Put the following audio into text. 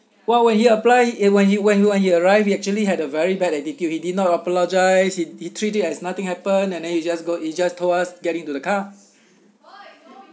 well when he apply in when he when you when he arrived he actually had a very bad attitude he did not apologise he he treat it as nothing happen and then he just go he just told us get into the car